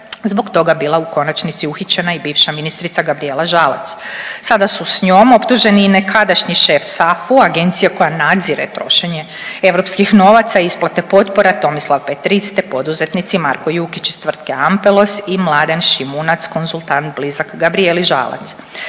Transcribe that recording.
zbog toga bila u konačnici uhićena i bivša ministrica Gabrijela Žalac. Sada su s njom optuženi i nekadašnji šef SAFU-a Agencije koja nadzire trošenje europskih novaca isplate potpora Tomislav Petric te poduzetnici Marko Jukić iz tvrtke Ampelos i Mladen Šimunac konzultant blizak Gabrijeli Žalac.